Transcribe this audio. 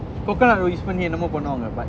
what kind of செம்ம:semma